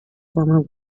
former